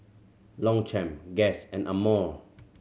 Longchamp Guess and Amore